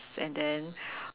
and then